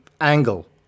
angle